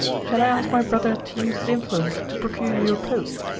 shall i ask my brother to use his influence to procure you a post?